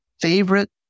favorite